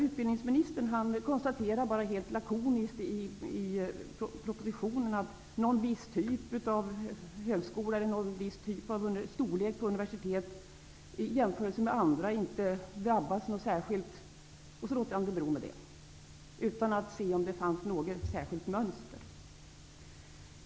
Utbildningsministern konstaterar bara helt lakoniskt i propositionen att någon viss typ eller storlek av universitet eller högskola i jämförelse med andra inte missgynnas. Därmed låter han det hela bero, utan att se om det finns något särskilt mönster.